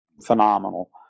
phenomenal